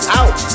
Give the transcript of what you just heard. out